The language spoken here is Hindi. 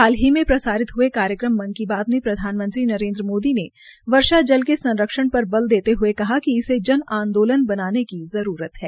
हालही में प्रसारित हये कार्यक्रम मन की बात मे प्रधानमंत्री नरेन्द्र मोदी ने वर्षा जल के संरक्षण पर बल देते हये कहा कि इसे जन आंदोलन बनाने की जरूरत है